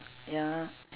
ya